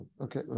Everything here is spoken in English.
Okay